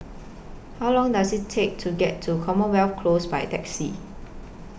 How Long Does IT Take to get to Commonwealth Close By Taxi